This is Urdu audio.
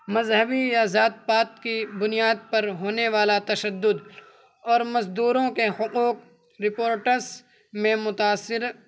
مذہبی یا ذات پات کی بنیاد پر ہونے والا تشدد اور مزدوروں کے حقوق رپورٹرس میں متأثر